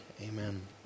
amen